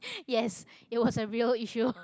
yes it was a real issue